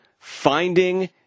Finding